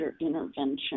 Intervention